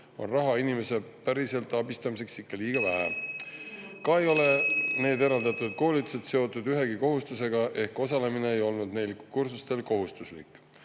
on raha inimeste päriselt abistamiseks ikka liiga vähe. Samuti ei olnud eraldatud koolitused seotud ühegi kohustusega ehk osalemine neil kursustel ei olnud kohustuslik.